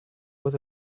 was